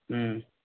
হুম